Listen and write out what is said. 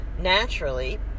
naturally